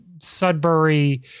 Sudbury